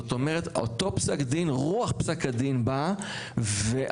זאת אומרת, אותו פסק דין, רוח פסק הדין באה ואמרה,